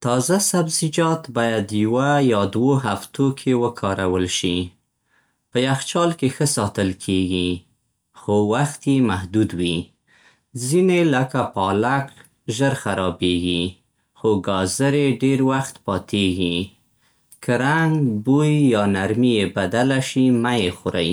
تازه سبزیجات باید یوه یا دوو هفتو کې وکارول شي. په یخچال کې ښه ساتل کېږي، خو وخت يې محدود وي. ځینې لکه پالک ژر خرابېږي، خو ګازرې ډېر وخت پاتیږي. که رنګ، بوی یا نرمي یې بدله شي، مه یې خورئ.